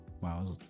Wow